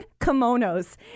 kimonos